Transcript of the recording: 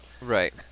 Right